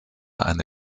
eine